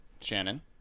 Shannon